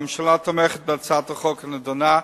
הממשלה תומכת בהצעת החוק הנדונה.